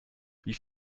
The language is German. wie